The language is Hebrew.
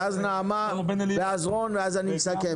ואז נעמה ואז רון ואז אני מסכם.